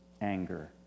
anger